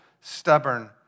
stubborn